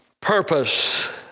purpose